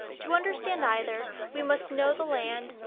to understand either, we must know the land,